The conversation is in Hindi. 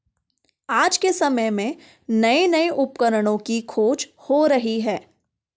आज के समय में नये नये उपकरणों की खोज हो रही है